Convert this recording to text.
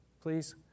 please